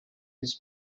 his